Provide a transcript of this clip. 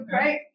Right